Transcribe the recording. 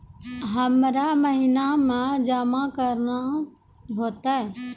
हमरा महिना मे जमा केना हेतै?